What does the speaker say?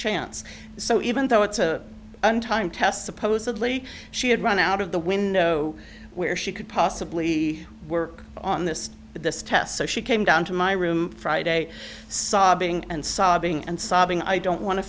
chance so even though it's a one time test supposedly she had run out of the window where she could possibly work on this but this test so she came down to my room friday sobbing and sobbing and sobbing i don't want to